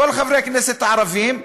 כל חברי הכנסת הערבים,